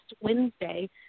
Wednesday